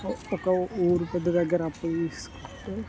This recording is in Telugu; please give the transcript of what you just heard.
సో ఒక ఊరు పెద్ద దగ్గర అప్పు తీసుకుంటే